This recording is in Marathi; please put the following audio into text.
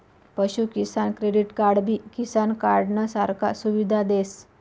पशु किसान क्रेडिट कार्डबी किसान कार्डनं सारखा सुविधा देस